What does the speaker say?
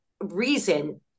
reason